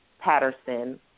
Patterson